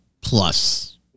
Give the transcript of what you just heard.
plus